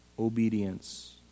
obedience